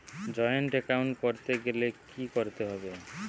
Joint account করতে গেলে কি করতে হবে?